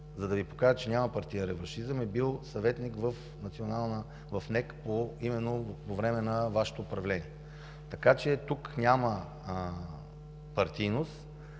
за да Ви покажа че няма партиен реваншизъм, е бил съветник в НЕК именно по време на Вашето управление. Така че тук няма партийност.